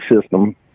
system